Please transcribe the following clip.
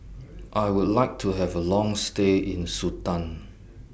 I Would like to Have A Long stay in Sudan